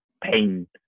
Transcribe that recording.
pain